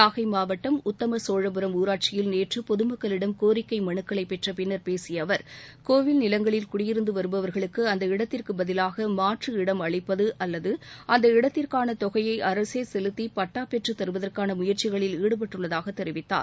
நாகை மாவட்டம் உத்தமசோழபுரம் ஊராட்சியில் நேற்று பொது மக்களிடம் கோரிக்கை மனுக்களை பெற்றப் பின்னர் பேசிய அவர் கோயில் நிலங்களில் குடியிருந்து வருபவர்களுக்கு அந்த இடத்திற்கு பதிலாக மாற்று இடம் அளிப்பது அல்லது அந்த இடத்திற்கான தொகையை அரசே செலுத்தி பட்டா பெற்றுத் தருவதற்கான முயற்சிகளில் ஈடுபட்டுள்ளதாக தெரிவித்தார்